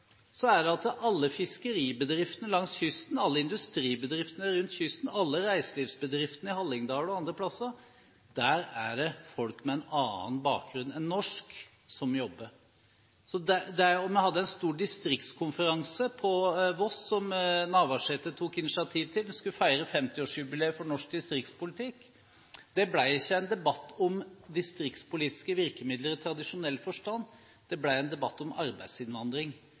at ved alle fiskeribedriftene langs kysten, alle industribedriftene rundt kysten, alle reiselivsbedriftene i Hallingdal og andre steder, er det folk med en annen bakgrunn enn norsk som jobber. Vi hadde en stor distriktskonferanse på Voss, som statsråd Navarsete tok initiativ til, vi skulle feire 50-årsjubileet for norsk distriktspolitikk. Det ble ikke en debatt om distriktspolitiske virkemidler i tradisjonell forstand. Det ble en debatt om arbeidsinnvandring,